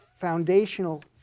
foundational